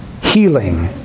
healing